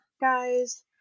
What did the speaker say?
guys